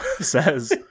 says